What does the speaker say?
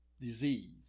disease